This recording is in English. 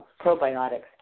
probiotics